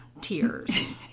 tears